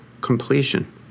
completion